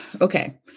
okay